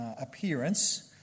appearance